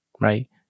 right